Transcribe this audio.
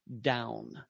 down